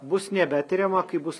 bus nebetiriama kai bus